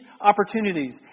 opportunities